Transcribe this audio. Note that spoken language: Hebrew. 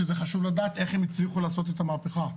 שזה חשוב לדעת איך הם הצליחו לעשות את המהפכה.